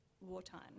wartime